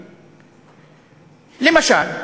למשל,